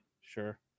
sure